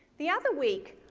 the other week,